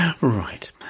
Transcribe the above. Right